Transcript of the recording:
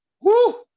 whoo